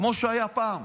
כמו שהיה פעם,